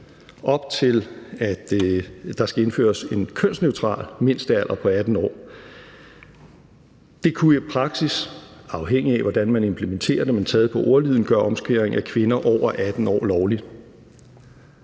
op til, at der skal indføres en kønsneutral mindstealder på 18 år. Det kunne i praksis, afhængigt af hvordan man implementerer det, taget på ordlyden gøre omskæring af kvinder over 18 år lovligt.